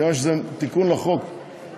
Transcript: מכיוון שזה תיקון הצעת חוק שהגשתי,